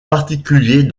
particulier